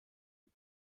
die